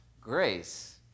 grace